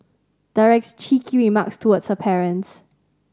directs cheeky remarks towards her parents